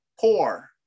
poor